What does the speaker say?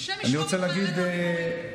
השם ישמור את חיילינו הגיבורים.